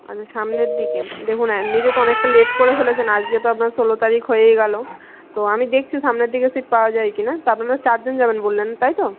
আচ্ছা সামনের দিকে দেখুন এমনিতে তো অনেকটা লেট করে ফেলেছেন আজকে তো আপনার ষোলো তারিখ হয়েই গেল তো আমি দেখছি সামনের দিকে সিট পাওয়া যায় কিনা তা আপনারা চারজন যাবেন বললেন তাই তো